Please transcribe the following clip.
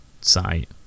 site